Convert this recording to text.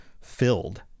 filled